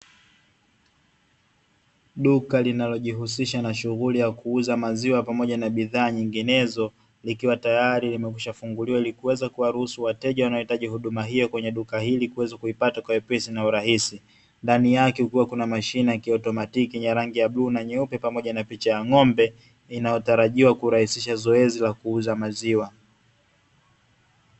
Duka linalojihusisha na shughuli ya kuuza maziwa pamoja na bidhaa nyinginezo likiwa tayari limekwisha funguliwa na kuweza kuwaruhusu wateja wanaohitaji huduma hiyo kwenye duka hilo ili kuweza kuipata kwa wepesi na urahisi. Ndani yake kukiwa na mashine ya kiautomatiki yaenye rangi ya bluu na nyeupe, pamoja na picha ya ng'ombe inayotarajiwa kurahisisha zoezi la kuuza maziwa.